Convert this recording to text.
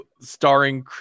starring